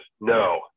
No